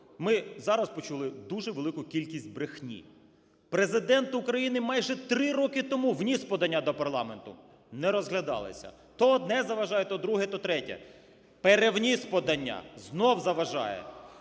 Ми зараз почули дуже велику кількість брехні. Президент України майже 3 роки тому вніс подання до парламенту. Не розглядалося. То одне заважає, то друге, то третє. Перевніс подання – знов заважає.